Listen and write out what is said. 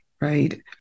right